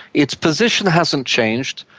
its position hasn't changed,